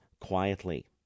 quietly